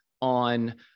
on